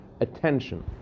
attention